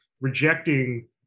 rejecting